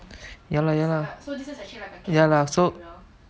ya lah ya lah ya lah so